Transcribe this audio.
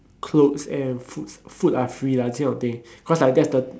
clothes and food are free lah this kind of thing cause like that's the